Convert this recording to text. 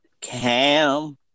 Cam